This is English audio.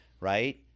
right